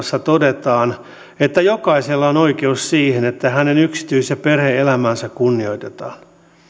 artiklassa todetaan että jokaisella on oikeus siihen että hänen yksityis ja perhe elämäänsä kunnioitetaan